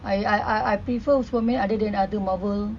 I I I I prefer superman other than any other Marvel